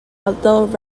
although